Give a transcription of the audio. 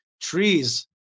trees